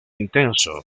intenso